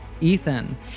Ethan